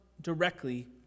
directly